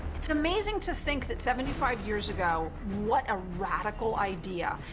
it's amazing to think that seventy five years ago, what a radical idea,